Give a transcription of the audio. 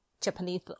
Japanese